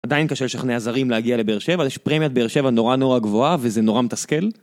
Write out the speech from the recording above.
עדיין קשה לשכנע הזרים להגיע לבאר שבע, יש פרמיית באר שבע נורא נורא גבוהה, וזה נורא מתסכל.